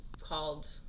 called